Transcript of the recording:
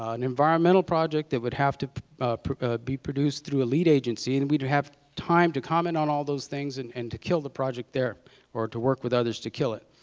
ah an environmental project that would have to be produced through a lead agency and we would have time to comment on all those things and and to kill the project there or to work with others to kill it.